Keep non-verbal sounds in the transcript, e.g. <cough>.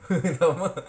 <laughs> !alamak!